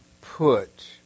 put